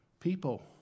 People